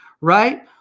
Right